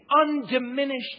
undiminished